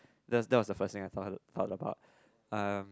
there's there was the first thing I thought thought about um